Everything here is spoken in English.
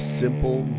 simple